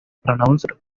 pronounced